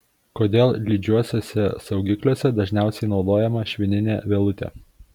kodėl lydžiuosiuose saugikliuose dažniausiai naudojama švininė vielutė